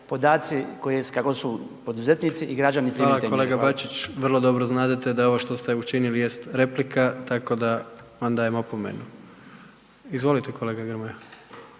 **Jandroković, Gordan (HDZ)** Hvala kolega Bačić. Vrlo dobro znadete da je ovo što ste učinili jest replika, tako da vam dajem opomenu. Izvolite kolega Grmoja.